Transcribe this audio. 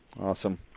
Awesome